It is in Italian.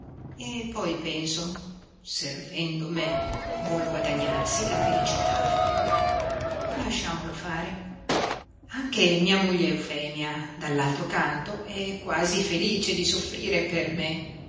e poi penso servendo me vuol guadagnarsi la felicità futura lasciamolo fare anche mia moglie eufemia dall'altro canto è quasi felice di soffrire per me